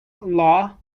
law